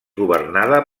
governada